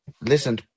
Listen